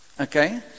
Okay